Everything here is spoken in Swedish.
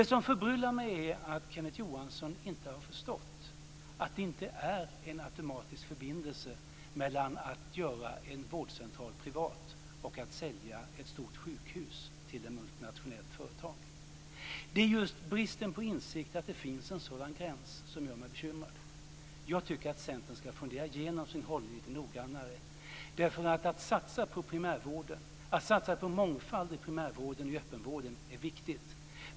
Det som förbryllar mig är att Kenneth Johansson inte har förstått att det inte är en automatisk förbindelse mellan att göra en vårdcentral privat och att sälja ett stort sjukhus till ett multinationellt företag. Det är just bristen på insikt om att det finns en sådan gräns som gör mig bekymrad. Jag tycker att Centern ska fundera igenom sin hållning lite noggrannare. Det är viktigt att satsa på mångfald i primärvården och öppenvården.